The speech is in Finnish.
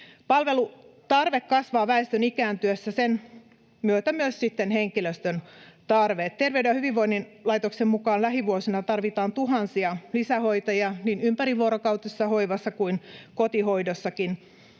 Palvelutarve kasvaa väestön ikääntyessä, sen myötä sitten myös henkilöstön tarve. Terveyden ja hyvinvoinnin laitoksen mukaan lähivuosina tarvitaan tuhansia lisähoitajia niin ympärivuorokautisessa hoivassa kuin kotihoidossakin.